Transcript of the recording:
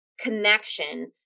connection